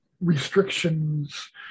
restrictions